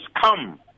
come